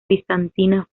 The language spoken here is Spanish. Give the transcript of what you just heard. bizantina